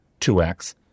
2x